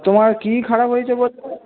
তোমার কী খারাপ হয়েছে বললে